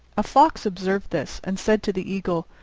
a fox observed this, and said to the eagle,